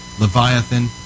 Leviathan